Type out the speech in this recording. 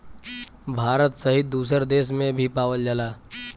भारत सहित दुसर देस में भी पावल जाला